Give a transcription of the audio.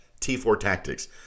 t4tactics